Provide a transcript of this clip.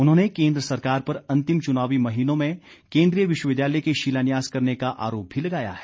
उन्होंने केंद्र सरकार पर अंतिम चुनावी महीनों में केंद्रीय विश्वविद्यालय के शिलान्यास करने का आरोप भी लगाया है